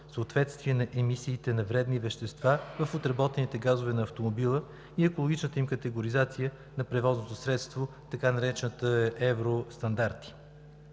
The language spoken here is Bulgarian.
съответствие на емисиите на вредни вещества в отработените газове на автомобила и екологичната категоризация на превозното средство, така наречените евростандарти.